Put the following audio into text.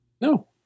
No